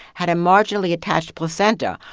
had a marginally attached placenta,